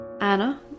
Anna